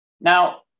now